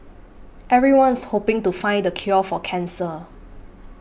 everyone's hoping to find the cure for cancer